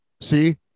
See